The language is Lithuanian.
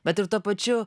bet ir tuo pačiu